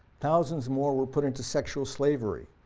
thousands more were put into sexual slavery,